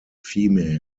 female